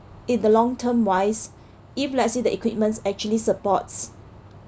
in the long term wise if let's say the equipments actually supports